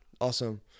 Awesome